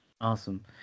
Awesome